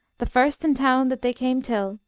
the firstan' town that they came till,